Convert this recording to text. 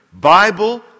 Bible